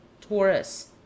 Taurus